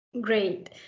Great